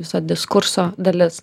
viso diskurso dalis